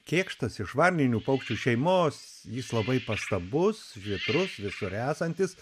kėkštas iš varninių paukščių šeimos jis labai pastabus žvitrus visur esantis